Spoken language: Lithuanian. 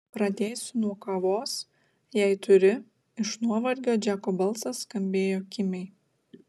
pradėsiu nuo kavos jei turi iš nuovargio džeko balsas skambėjo kimiai